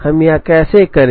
हम यह कैसे करे